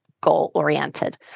goal-oriented